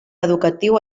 educatiu